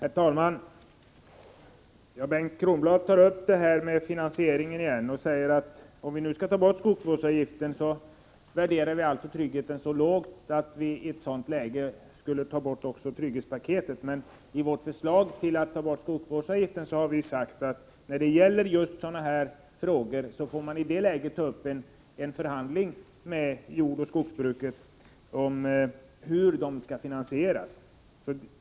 Herr talman! Bengt Kronblad tar upp finansieringen igen och säger, att om vi nu skall ta bort skogsvårdsavgiften, innebär det att vi värderar tryggheten så lågt att vi i ett sådant läge skulle ta bort också trygghetspaketet. Men i förslaget att ta bort skogsvårdsavgift har vi sagt att man i det läget får ta upp förhandlingar med jordoch skogsbruket om hur finansieringen skall ske.